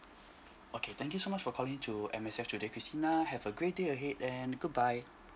okay thank you so much for calling to M_S_F today christina have a great day ahead and goodbye